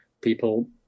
people